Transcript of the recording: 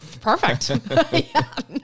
perfect